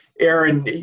Aaron